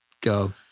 Go